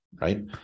right